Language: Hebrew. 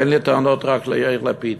אין לי טענות רק ליאיר לפיד.